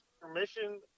permission